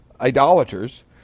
idolaters